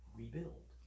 rebuild